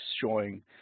showing